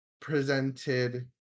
presented